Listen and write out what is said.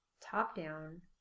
top-down